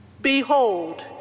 Behold